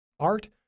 Art